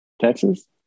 Texas